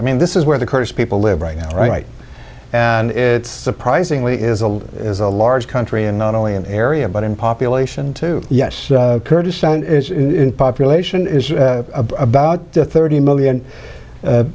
i mean this is where the kurdish people live right now right and it's surprisingly isil is a large country and not only in area but in population too yes kurdistan and its population is about thirty million